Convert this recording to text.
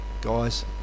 Guys